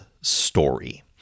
story